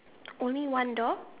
only one door